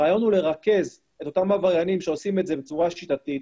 הרעיון הוא לרכז את אותם עבריינים שעושים את זה בצורה שיטתית,